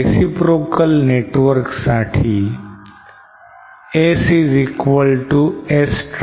Reciprocal network साठी S is equal to S transpose